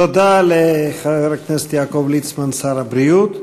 תודה רבה לחבר הכנסת יעקב ליצמן, שר הבריאות.